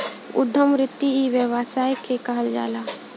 उद्यम वृत्ति इ व्यवसाय के कहल जाला